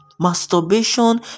Masturbation